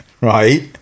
right